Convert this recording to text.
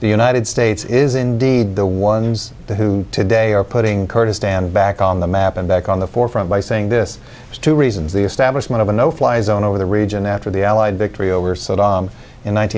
the united states is indeed the ones who today are putting kurdistan back on the map and back on the forefront by saying this was two reasons the establishment of a no fly zone over the region after the allied victory over saddam in